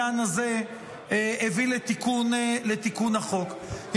שהביא לתיקון החוק בעניין הזה.